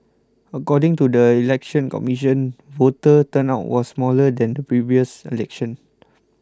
according to the Election Commission voter turnout was smaller than the previous election